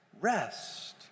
rest